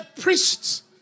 priests